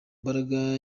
mbaraga